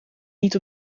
niet